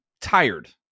tired